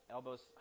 Elbows